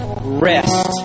rest